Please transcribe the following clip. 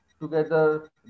together